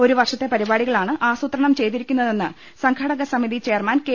ഒരു വർഷത്തെ പരിപാടികളാണ് ആസൂത്രണം ചെയ്തിരി ക്കുന്നതെന്ന് സംഘാടകസമിതി ചെയർമാൻ കെ